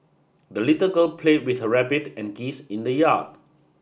the little girl played with her rabbit and geese in the yard